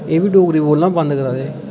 एह् बी डोगरी बोलना बंद करै दे